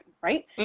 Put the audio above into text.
right